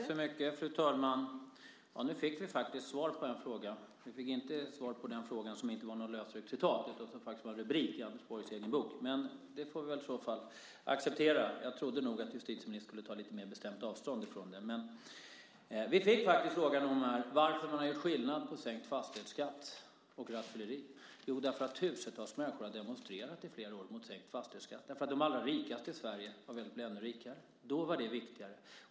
Fru talman! Nu fick vi faktiskt svar på en fråga, men vi fick inte svar på den fråga som inte gällde något lösryckt citat utan som faktiskt var en rubrik i Anders Borgs egen bok. Men det får vi väl i så fall acceptera. Jag trodde nog att justitieministern skulle ta lite mer bestämt avstånd från det. Vi fick faktiskt svar på frågan varför man har gjort skillnad på frågan om sänkning av fastighetsskatten och frågan om rattfylleri, och det är därför att tusentals människor under flera år har demonstrerat för en sänkning av fastighetsskatten, därför att de allra rikaste i Sverige har velat bli ännu rikare. Då var det viktigare.